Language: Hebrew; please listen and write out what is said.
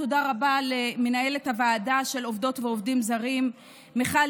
תודה רבה למנהלת הוועדה של עובדות ועובדים זרים מיכל